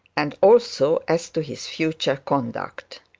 and also as to his future conduct.